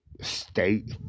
state